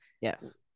yes